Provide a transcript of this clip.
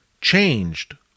changed